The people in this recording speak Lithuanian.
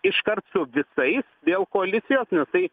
iškart su visais dėl koalicijos taip